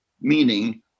meaning